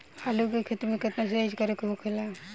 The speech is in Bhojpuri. आलू के खेती में केतना सिंचाई करे के होखेला?